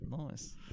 Nice